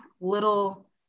little